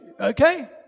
Okay